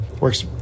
works